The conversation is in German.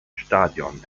stadion